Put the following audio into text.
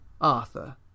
Arthur